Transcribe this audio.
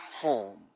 home